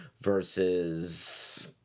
versus